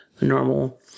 normal